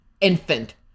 Infant